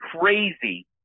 crazy